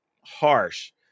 harsh